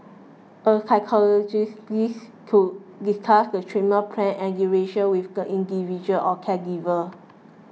a physiotherapist would discuss the treatment plan and duration with the individual or caregiver